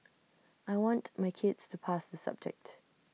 I want my kids to pass the subject